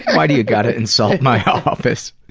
why do you gotta insult my office.